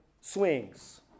swings